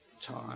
time